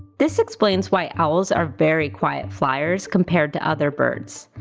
this explains why owls are very quiet flyers compared to other birds.